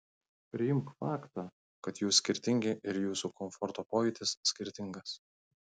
priimk faktą kad jūs skirtingi ir jūsų komforto pojūtis skirtingas